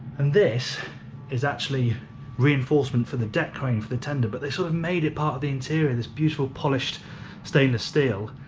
and this is actually reinforcement for the deck crane for the tender, but they sort of made it part of the interior, and this beautiful polished stainless steel,